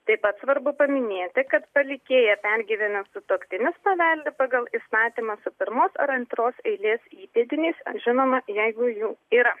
taip pat svarbu paminėti kad palikėją pergyvenęs sutuoktinis paveldi pagal įstatymą su pirmos ar antros eilės įpėdiniais ar žinoma jeigu jų yra